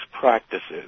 practices